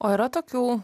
o yra tokių